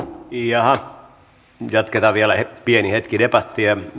jatketaan vielä pieni hetki debattia